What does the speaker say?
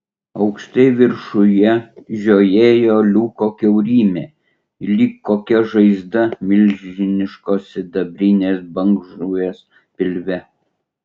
aukštai viršuje žiojėjo liuko kiaurymė lyg kokia žaizda milžiniškos sidabrinės bangžuvės pilve